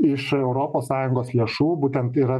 iš europos sąjungos lėšų būtent yra